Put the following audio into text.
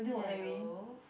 hello